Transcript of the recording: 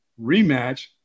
rematch